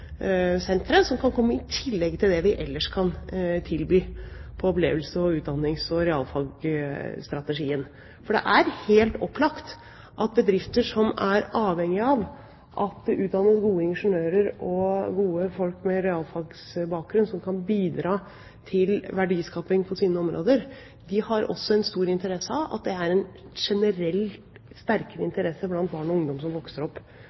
sentre, som kan komme i tillegg til det vi ellers kan tilby innenfor opplevelses-, utdannings- og realfagsstrategien. For det er helt opplagt at bedrifter som er avhengig av at det utdannes gode ingeniører og folk med god realfagsbakgrunn, som kan bidra til verdiskaping på sine områder, også har stor interesse av at det er en generelt sterkere interesse blant barn og ungdom som vokser opp,